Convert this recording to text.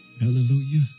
Hallelujah